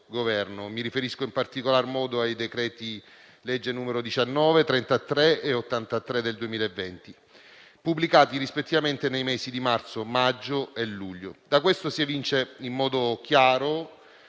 mi riferisco in particolar modo ai decreti-legge nn. 19, 33 e 83 del 2020, pubblicati rispettivamente nei mesi di marzo, maggio e luglio. Da ciò si evince in modo chiaro